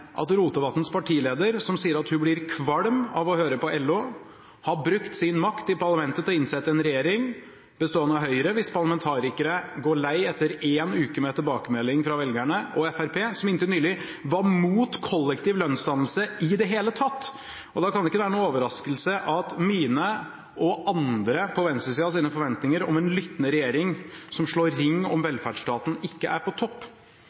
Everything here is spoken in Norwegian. at Rotevatns partileder, som sier at hun blir kvalm av å høre på LO, har brukt sin makt i parlamentet til å innsette en regjering bestående av Høyre, hvis parlamentarikere går lei etter en uke med tilbakemelding fra velgerne, og Fremskrittspartiet, som inntil nylig var imot kollektiv lønnsdannelse i det hele tatt. Da kan det ikke være noen overraskelse at mine og andre på venstresidens forventninger om en lyttende regjering som slår ring om velferdsstaten, ikke er på topp.